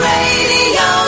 Radio